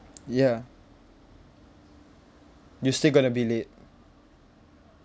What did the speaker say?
ya you'll still gonna be late